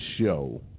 show